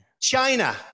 China